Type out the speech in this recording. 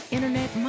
Internet